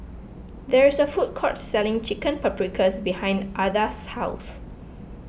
there is a food court selling Chicken Paprikas behind Ardath's house